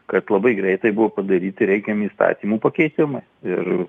kad labai greitai buvo padaryti reikiami įstatymų pakeitimai ir